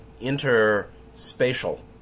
inter-spatial